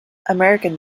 american